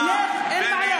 בדימונה, נלך, אין בעיה.